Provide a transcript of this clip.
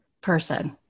person